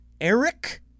Eric